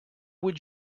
would